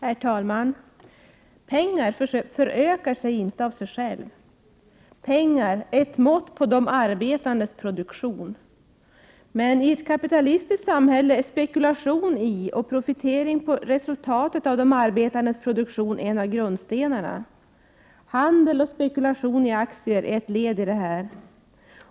Herr talman! Pengar förökar sig inte av sig själva. Pengar är ett mått på de arbetandes produktion. I ett kapitalistiskt samhälle är spekulation i och profitering på resultatet av de arbetandes produktion en av grundstenarna. Handel och spekulation i aktier är ett led i det här.